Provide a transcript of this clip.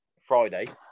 Friday